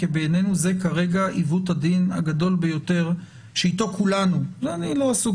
כי בעינינו זה כרגע עיוות הדין הגדול ביותר שאיתו כולנו אני לא עסוק